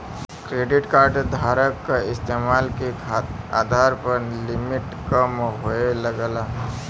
credit card धारक क इस्तेमाल के आधार पर लिमिट कम होये लगला